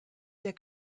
der